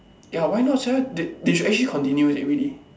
ya why not sia they they should actually continue that really